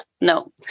No